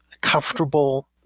comfortable